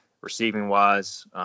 receiving-wise